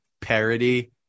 parody